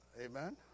Amen